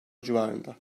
civarında